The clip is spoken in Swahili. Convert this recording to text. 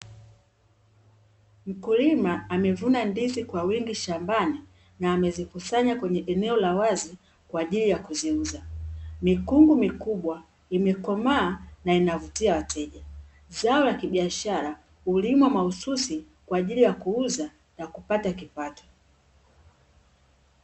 Mkulima amevuna ndizi kwa wingi shambani na amezikusanya kwenye eneo la wazi kwa ajili ya kuziuza, mikungu mikubwa imekomaa na inavutia wateja. Zao la kibiashara hulimwa mahususi kwa ajili ya kuuza na kupata kipato.